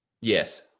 Yes